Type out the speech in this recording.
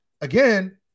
again